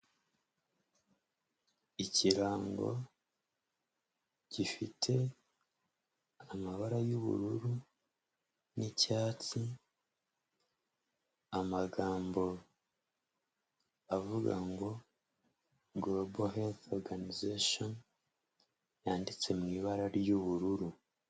Ikirango gifite amabara y'ubururu n'icyatsi, amagambo avuga ngo ''golobo helifu oruganizashani'', yanditse mu ibara ry'ubururu.